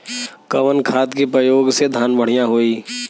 कवन खाद के पयोग से धान बढ़िया होई?